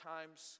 times